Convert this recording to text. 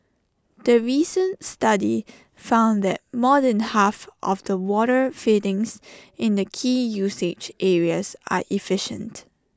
the recent study found that more than half of the water fittings in the key usage areas are efficient